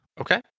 Okay